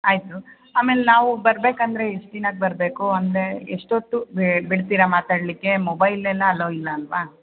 ಆಯಿತು ಆಮೇಲೆ ನಾವು ಬರಬೇಕೆಂದರೆ ಎಷ್ಟು ದಿನಕ್ಕೆ ಬರಬೇಕು ಅಂದರೆ ಎಷ್ಟೊತ್ತು ಬಿ ಬಿಡ್ತೀರ ಮಾತಾಡಲಿಕ್ಕೆ ಮೊಬೈಲೆಲ್ಲ ಅಲೋ ಇಲ್ಲ ಅಲ್ವಾ